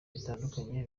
bitandukanye